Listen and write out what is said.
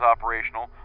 operational